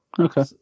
Okay